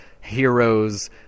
heroes